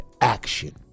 action